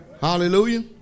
hallelujah